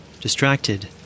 Distracted